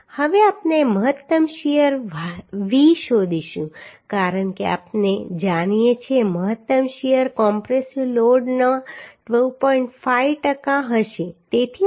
હવે આપણે મહત્તમ શીયર V શોધીશું કારણ કે આપણે જાણીએ છીએ કે મહત્તમ શીયર કોમ્પ્રેસિવ લોડના 2